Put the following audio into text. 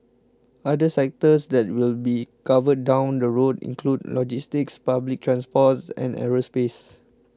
other sectors that will be covered down the road include logistics public transports and aerospace